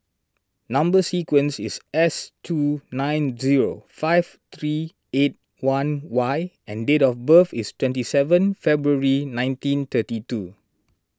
Number Sequence is S two nine zero five three eight one Y and date of birth is twenty seven February nineteen thirty two